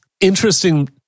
interesting